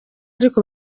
ariko